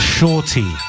Shorty